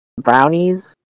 brownies